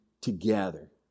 together